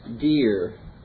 dear